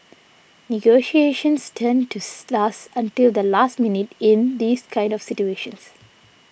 negotiations tend tooth last until the last minute in these kind of situations